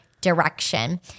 direction